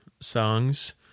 songs